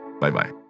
Bye-bye